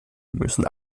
müssen